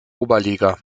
oberliga